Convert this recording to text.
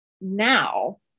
now